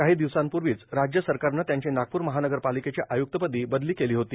काही दिवसांपूर्वीच राज्य सरकारनं त्यांची नागपूर महानगरपालिकेच्या आयुक्तपदी बदली केली होती